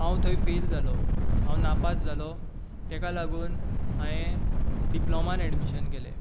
हांव थंय फेल जालो नापास जालो तेका लागून हायेन डिप्लोमांत एडमिशन केलें